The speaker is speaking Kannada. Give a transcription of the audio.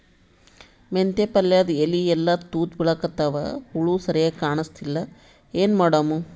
ಮೆಂತೆ ಪಲ್ಯಾದ ಎಲಿ ಎಲ್ಲಾ ತೂತ ಬಿಳಿಕತ್ತಾವ, ಹುಳ ಸರಿಗ ಕಾಣಸ್ತಿಲ್ಲ, ಏನ ಮಾಡಮು?